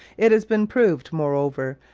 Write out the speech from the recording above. it has been proved, moreover,